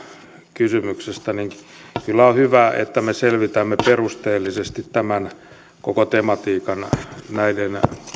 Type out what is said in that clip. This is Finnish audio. kysymyksestä niin kyllä on hyvä että me selvitämme perusteellisesti tämän koko tematiikan näiden